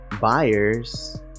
buyers